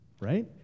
right